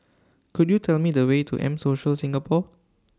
Could YOU Tell Me The Way to M Social Singapore